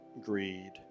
greed